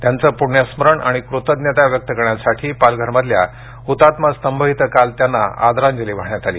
त्यांचं प्ण्यस्मरण आणि कृतज्ञता व्यक्त करण्यासाठी पालघरमधल्या हुतात्मा स्तंभ इथं काल त्यांना आदरांजली वाहण्यात आली